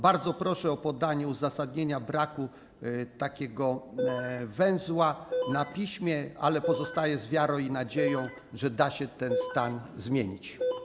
Bardzo proszę o podanie uzasadnienia braku takiego węzła na piśmie, ale pozostaję z wiarą i nadzieją, że da się ten stan zmienić.